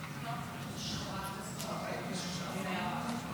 פעם רביעית השנה.